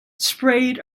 sprayed